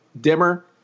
dimmer